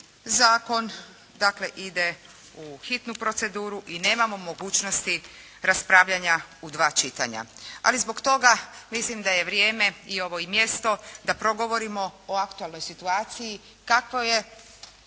dakle ide u hitnu proceduru i nemamo mogućnosti raspravljanja u dva čitanja. Ali zbog toga mislim da je vrijeme i ovo i mjesto da progovorimo o aktualnoj situaciji, kako je